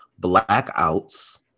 blackouts